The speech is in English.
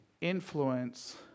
influence